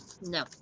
No